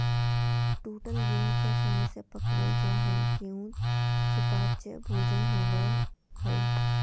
टूटल गेहूं के आसानी से पकवल जा हई गेहू सुपाच्य भोजन होवई हई